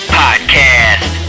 podcast